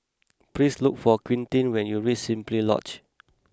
please look for Quintin when you reach Simply Lodge